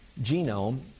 genome